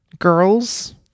girls